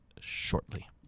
shortly